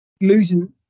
losing